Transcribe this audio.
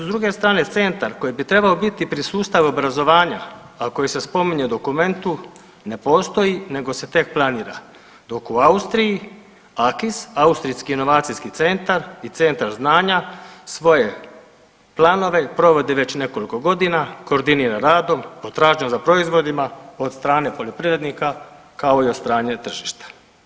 S druge strane centar koji bi trebao biti pri sustavu obrazovanja, a koji se spominje u dokumentu ne postoji, nego se tek planira, dok u Austriji AKIS – Austrijski inovacijski centar i Centar znanja svoje planove provodi već nekoliko godina, koordinira radom, potražnjom za proizvodima od strane poljoprivrednika kao i od strane tržišta.